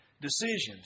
decisions